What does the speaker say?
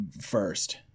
first